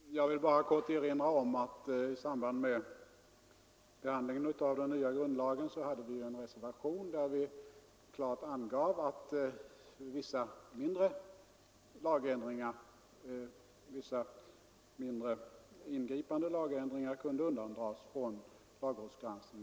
Herr talman! Jag vill bara helt kort erinra om att vi i samband med behandlingen av den nya grundlagen hade avgivit en reservation, där vi klart angav att vissa mindre ingripande lagändringar kunde undantas från